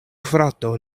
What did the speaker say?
frato